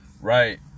Right